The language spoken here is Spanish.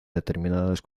determinadas